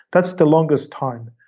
that's the longest time,